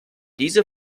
diese